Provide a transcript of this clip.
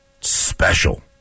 special